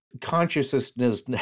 consciousness